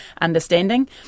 understanding